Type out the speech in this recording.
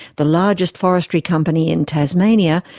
the largest forestry company in tasmania,